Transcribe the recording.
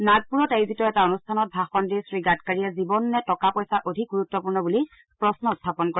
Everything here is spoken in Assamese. নাগপুৰত আয়োজিত এটা অনুষ্ঠানত ভাষণ দি শ্ৰী গাডকাৰীয়ে জীৱন নে টকা পইচা অধিক গুৰুত্বপূৰ্ণ বুলি প্ৰশ্ন উখাপন কৰে